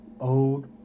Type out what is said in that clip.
Old